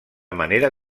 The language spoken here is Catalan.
manera